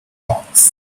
rocks